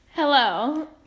Hello